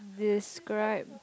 describe